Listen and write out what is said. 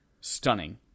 stunning